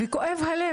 כואב הלב.